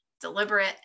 deliberate